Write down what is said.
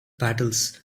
battles